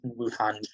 Wuhan